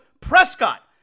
Prescott